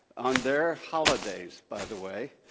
on their holidays, by the way,